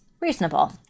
Reasonable